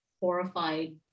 horrified